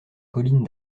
colline